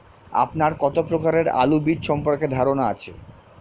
আপনার কত প্রকারের আলু বীজ সম্পর্কে ধারনা আছে?